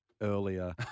earlier